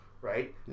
right